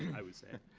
i would say.